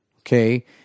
Okay